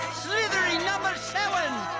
slithery number seven.